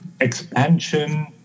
expansion